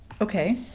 Okay